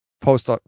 Post